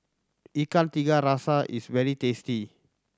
Ikan Tiga Rasa is very tasty